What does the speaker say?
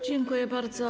Dziękuję bardzo.